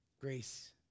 grace